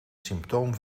symptoom